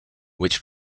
which